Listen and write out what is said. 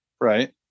Right